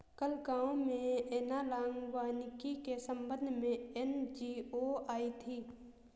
कल गांव में एनालॉग वानिकी के संबंध में एन.जी.ओ आई थी